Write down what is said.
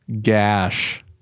gash